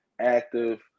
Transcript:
active